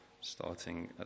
starting